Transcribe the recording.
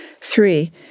Three